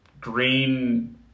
green